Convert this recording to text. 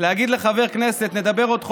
להגיד לחבר כנסת: נדבר עוד חודש,